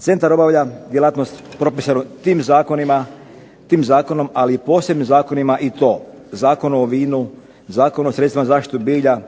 Centar obavlja djelatnost propisanu tim zakonom ali i posebnim zakonima i to Zakonom o vinu, Zakon o sredstvima zaštite bilja,